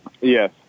Yes